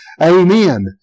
Amen